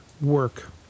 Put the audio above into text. work